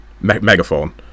megaphone